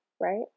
right